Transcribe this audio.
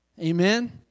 Amen